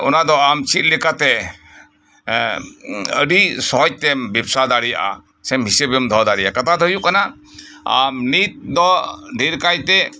ᱚᱱᱟ ᱫᱚ ᱟᱢ ᱪᱮᱫ ᱞᱮᱠᱟᱛᱮ ᱟᱰᱤ ᱥᱚᱦᱚᱡᱽ ᱛᱮᱢ ᱵᱮᱵᱽᱥᱟ ᱫᱟᱲᱮᱭᱟᱜᱼᱟ ᱥᱮ ᱦᱤᱥᱟᱹᱵᱽᱮᱢ ᱫᱚᱦᱚ ᱫᱟᱲᱮᱭᱟᱜᱼᱟ ᱠᱟᱛᱷᱟ ᱫᱚ ᱦᱳᱭᱳᱜ ᱠᱟᱱᱟ ᱟᱢ ᱱᱤᱛ ᱫᱚ ᱫᱷᱮᱨ ᱠᱟᱭᱛᱮ